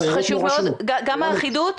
חשוב מאוד גם האחידות.